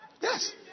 Yes